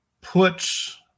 puts